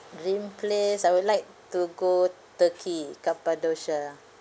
dream place I would like to go turkey cappadocia